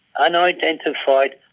unidentified